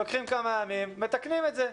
לוקחים כמה ימים ומתקנים את זה.